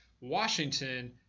Washington